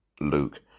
Luke